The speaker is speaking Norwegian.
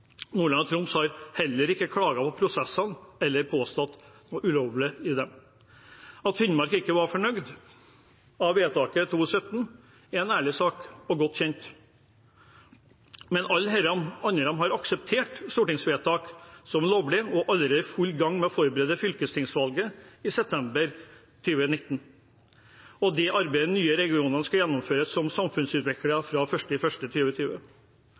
Nordland og Troms har heller ikke klaget over prosessene eller påstått at det var noe ulovlig i dem. At Finnmark ikke var fornøyd med vedtaket i 2017, er en ærlig sak, og godt kjent, men alle andre har akseptert stortingsvedtaket som lovlig og er allerede i full gang med å forberede fylkestingsvalget i september 2019 og det arbeidet de nye regionene skal gjennomføre som samfunnsutviklere fra